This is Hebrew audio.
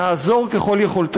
נעזור ככל יכולתנו.